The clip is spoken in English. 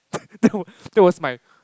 that was that was my